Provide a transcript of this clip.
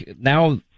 now